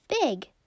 Big